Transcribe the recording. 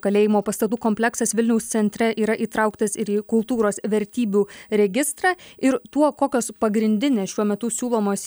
kalėjimo pastatų kompleksas vilniaus centre yra įtrauktas ir į kultūros vertybių registrą ir tuo kokios pagrindinės šiuo metu siūlomos